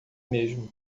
mesmo